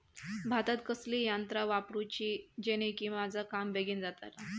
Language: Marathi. भातात कसली यांत्रा वापरुची जेनेकी माझा काम बेगीन जातला?